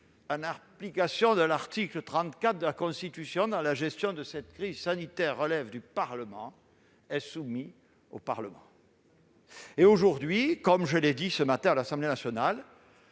En application de l'article 34 de la Constitution, tout ce qui dans la gestion de cette crise sanitaire relève du Parlement est soumis au Parlement. Comme je l'ai dit ce matin devant l'Assemblée nationale,